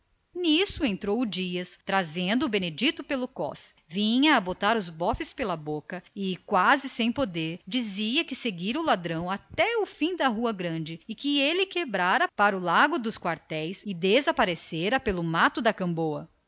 nisto entrou o dias trazendo o benedito pelo cós vinha a deitar os bofes pela boca e quase sem poder falar contou que seguira o ladrão até o fim da rua grande e que o ladrão quebrara para o largo dos quartéis e quase que alcança o mato da camboa